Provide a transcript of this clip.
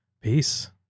Peace